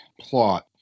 plot